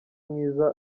mwiza